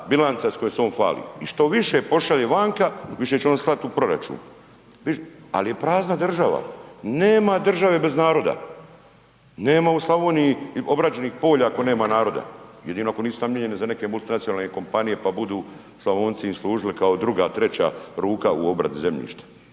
bilanca s kojom se on hvali. I što više pošalje vanka, više će on slati u proračun ali je prazna država. Nema države bez naroda, nema u Slavoniji obrađenih polja ako nema naroda. Jedino ako nisu namijenjene za neke multinacionalne kompanije pa budu Slavonci im služili kao druga, treća ruka u obradi zemljišta.